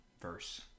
verse